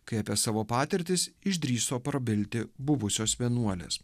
kai apie savo patirtis išdrįso prabilti buvusios vienuolės